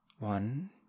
one